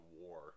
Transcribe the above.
war